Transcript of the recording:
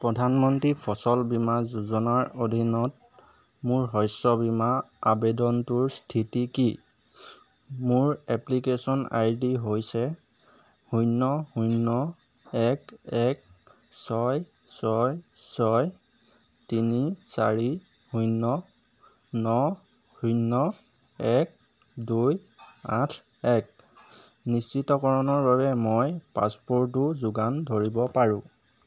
প্ৰধানমন্ত্ৰী ফচল বীমা যোজনাৰ অধীনত মোৰ শস্য বীমা আবেদনটোৰ স্থিতি কি মোৰ এপ্লিকেচন আইডি হৈছে শূন্য শূন্য এক এক ছয় ছয় ছয় তিনি চাৰি শূন্য ন শূন্য এক দুই আঠ এক নিশ্চিতকৰণৰ বাবে মই পাছপ'ৰ্টো যোগান ধৰিব পাৰোঁ